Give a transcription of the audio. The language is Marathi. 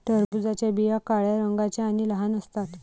टरबूजाच्या बिया काळ्या रंगाच्या आणि लहान असतात